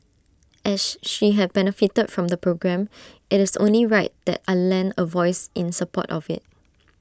ash she had benefited from the programme IT is only right that I lend A voice in support of IT